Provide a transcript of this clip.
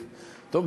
טוב,